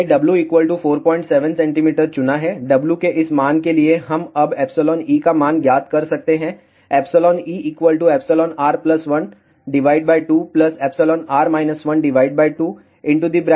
W के इस मान के लिए हम अब εe का मान ज्ञात कर सकते हैं er12 r 12110hW 12223